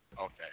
okay